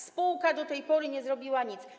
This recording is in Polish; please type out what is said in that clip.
Spółka do tej pory nie zrobiła nic.